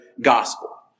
gospel